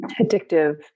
addictive